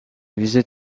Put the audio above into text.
visit